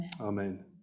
Amen